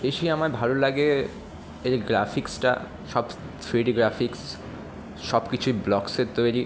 বেশি আমার ভালো লাগে এর গ্রাফিক্সটা সব থ্রিডি গ্রাফিক্স সব কিছুই ব্লকসের তৈরি